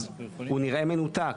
אז הוא נראה מנותק.